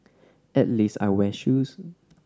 at least I wear shoes